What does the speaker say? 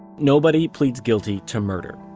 nobody pleads guilty to murder.